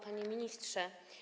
Panie Ministrze!